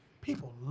People